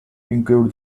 include